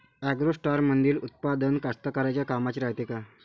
ॲग्रोस्टारमंदील उत्पादन कास्तकाराइच्या कामाचे रायते का?